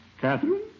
Catherine